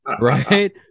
right